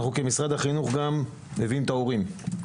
אנחנו כמשרד החינוך מביאים את ההורים.